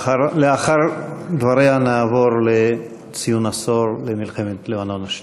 לאחר דבריה נעבור לציון עשור למלחמת לבנון השנייה.